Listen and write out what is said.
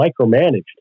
micromanaged